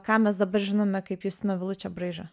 ką mes dabar žinome kaip justino vilučio braižą